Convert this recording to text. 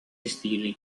stili